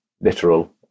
literal